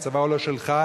הצבא הוא לא שלך,